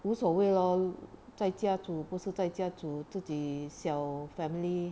无所谓咯在家煮不是在家煮自己小 family